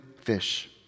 fish